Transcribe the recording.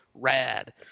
rad